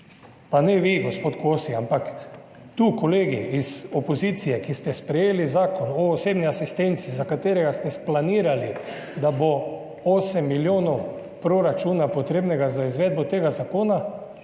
pa ne vi, gospod Kosi, ampak tu kolegi iz opozicije, ki ste sprejeli Zakon o osebni asistenci, za katerega ste planirali, da bo potrebnih osem milijonov evrov proračuna za izvedbo tega zakona.